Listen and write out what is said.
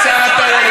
את שר התיירות.